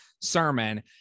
sermon